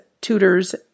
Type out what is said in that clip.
tutors